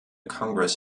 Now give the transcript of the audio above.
congress